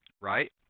right